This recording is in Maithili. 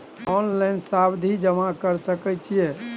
ऑनलाइन सावधि जमा कर सके छिये?